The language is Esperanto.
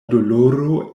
doloro